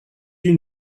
you